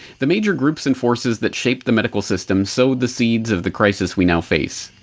the major groups and forces that shaped the medical system sowed the seeds of the crisis we now face.